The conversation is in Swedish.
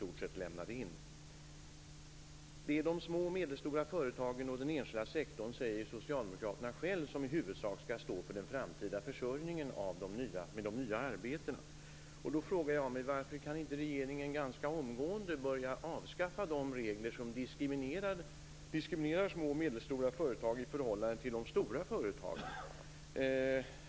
Socialdemokraterna säger själva att det i huvudsak är de små och medelstora företagen och den enskilda sektorn som skall stå för den framtida försörjningen med de nya arbetena. Jag frågar mig varför regeringen inte ganska omgående kan börja avskaffa de regler som diskriminerar små och medelstora företag i förhållande till de stora företagen.